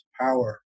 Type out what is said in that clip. power